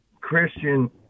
Christian